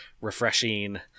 refreshing